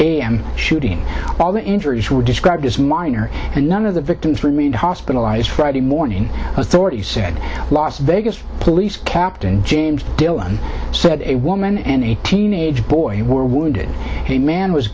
m shooting all the injuries were described as minor and none of the victims remained hospitalized friday morning authorities said las vegas police captain james dillon said a woman and a teenage boy were wounded he man was